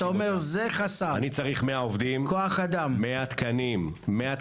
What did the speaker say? אני צריך 100 תקנים.